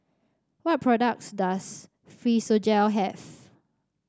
what products does Physiogel have